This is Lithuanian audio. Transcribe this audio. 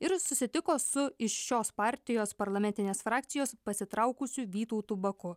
ir susitiko su iš šios partijos parlamentinės frakcijos pasitraukusiu vytautu baku